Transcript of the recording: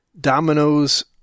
Dominoes